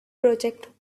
project